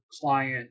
client